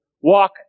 walk